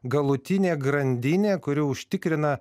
galutinė grandinė kuri užtikrina